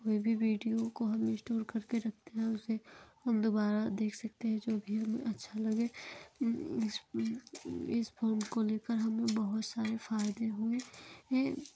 कोई भी वीडियो को हम स्टोर करके रखते हैं उसे हम दोबारा देख सकते हैं जो भी हमें अच्छा लगे इस फ़ोन को लेकर हमें बहुत सारे फायदे हुए हैं